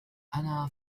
أنا